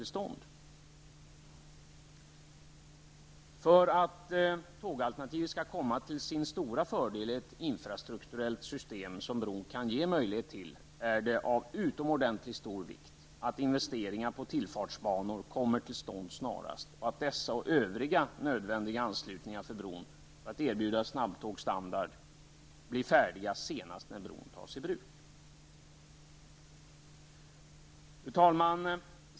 För att tågalternativet skall komma till sin stora fördel i ett infrastrukturellt system, som bron kan ge möjlighet till, är det av utomordentligt stor vikt att investeringar i tillfartsbanor kommer till stånd snarast samt att dessa och övriga nödvändiga anslutningar till bron, så att snabbtågsstandard kan erbjudas, blir färdiga senast när bron tas i bruk. Fru talman!